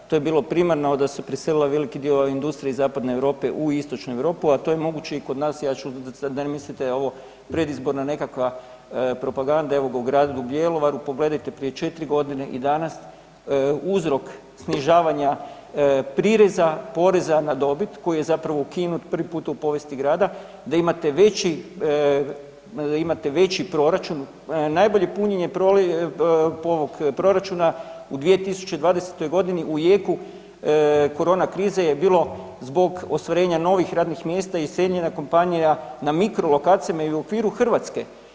To je bilo primarno da se preselila veliki dio industrije iz Zapadne Europe u Istočnu Europu, a to je moguće i kod nas ja ću, da ne mislite ovo predizborna nekakva propaganda evo ga u gradu Bjelovaru pogledajte prije 4 godine i danas uzrok snižavanja prireza, poreza na dobit koji je zapravo ukinut u povijesti grada da imate veći, imate veći proračun, najbolje punjenje proračuna u 2020. godini u jeku korona krize je bilo zbog ostvarenja novih radnih mjesta i iseljenja kompanija na mikro lokacijama i u okviru Hrvatske.